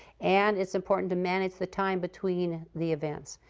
and it's important to manage the time between the events.